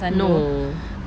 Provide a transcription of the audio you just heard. no